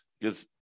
because-